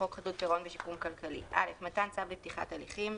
חוק חדלות פירעון ושיקום כלכלי: מתן צו לפתיחת הליכים,